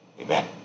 Amen